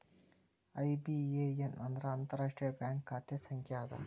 IBAN ಅಂದ್ರ ಅಂತಾರಾಷ್ಟ್ರೇಯ bank ಖಾತೆ ಸಂಖ್ಯಾ ಅದ